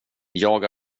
jag